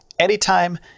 anytime